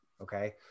Okay